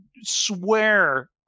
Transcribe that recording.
swear